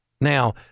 Now